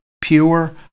pure